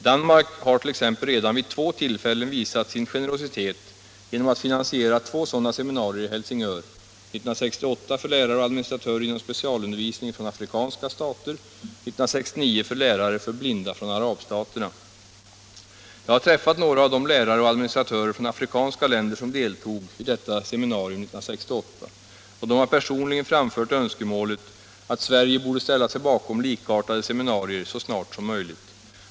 Danmark t.ex. har redan vid två tillfällen visat sin generositet genom att finansiera två sådana seminarier i Helsingör, 1968 för lärare och administratörer inom specialundervisningen 121 från afrikanska länder och 1969 för lärare för blinda från arabstaterna. Jag har träffat några av de lärare och administratörer från afrikanska länder som deltog i seminariet 1968, och de har personligen framfört önskemålet att Sverige så snart som möjligt borde ställa sig bakom likartade seminarier.